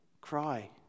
Cry